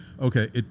Okay